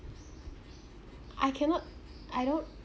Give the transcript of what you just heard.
I cannot I don't